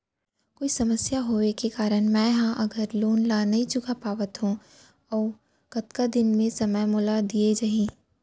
कोई समस्या होये के कारण मैं हा अगर लोन ला नही चुका पाहव त अऊ कतका दिन में समय मोल दीये जाही?